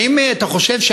האם אתה חושב,